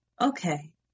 okay